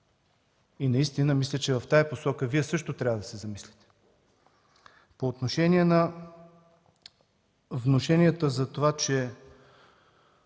се замислим. Мисля, че в тази посока Вие също трябва да се замислите. По отношение на внушенията за това, че